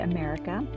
America